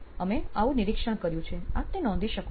અમે આવું નિરીક્ષણ કર્યું છે આપ તે નોંધી શકો છો